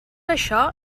això